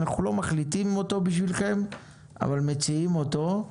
אנחנו לא מחליטים עבורכם אבל מציעים לכם אותו.